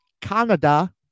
Canada